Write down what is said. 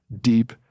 deep